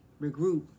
regroup